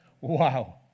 Wow